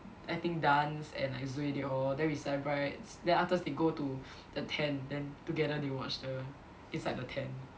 I think dance and like Zway they all then we celebrate then afterwards they go to the tent then together they watched the inside the tent